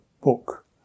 book